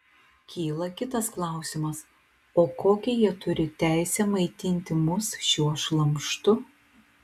kyla kitas klausimas o kokią jie turi teisę maitinti mus šiuo šlamštu